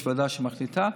יש ועדה שמחליטה,